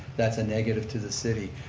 that's a negative to the city.